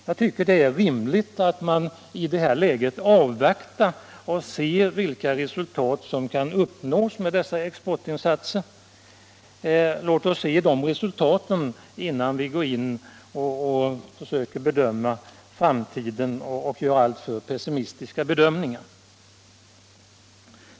Jag tycker därför det är rimligt att i det läget avvakta vilka resultat som kan uppnås med dessa exportinsatser. Låt oss se de resultaten innan vi söker bedöma framtiden och göra alltför pessimistiska bedömningar.